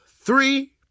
three